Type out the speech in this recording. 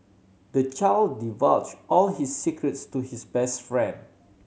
the child divulged all his secrets to his best friend